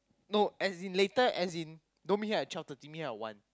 no and in later as in no meet her at twelve thirty meet her at one